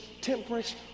temperance